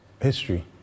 history